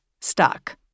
stuck